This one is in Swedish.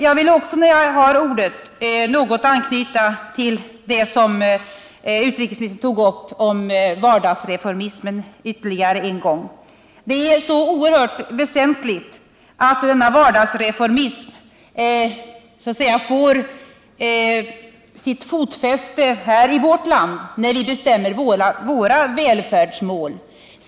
Jag vill också, när jag har ordet, något anknyta till det utrikesministern tog upp om vardagsreformismen. Det är så oerhört väsentligt att denna vardagsreformism får fotfäste här i vårt land när vi bestämmer våra välfärdsmål.